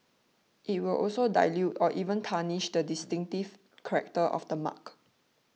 it will also dilute or even tarnish the distinctive character of the mark